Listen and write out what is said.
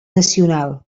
nacional